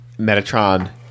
Metatron